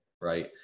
right